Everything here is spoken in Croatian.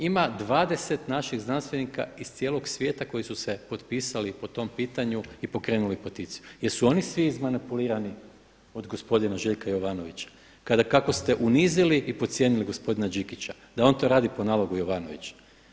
Ima 20 naših znanstvenika iz cijelog svijeta koji su se potpisali po tom pitanju i pokrenuli peticiju jer su oni svi izmanipulirani od gospodina Željka Jovanovića kako ste unizili i podcijenili gospodina Đikića da on to radi po nalogu Jovanovića.